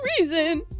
reason